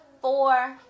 four